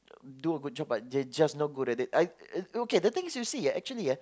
do a good job but they just not good at it I the thing you see actually ah